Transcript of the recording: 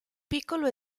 piccolo